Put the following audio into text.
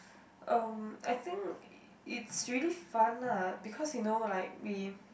um I think it's really fun lah because you know like we